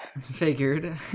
Figured